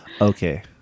Okay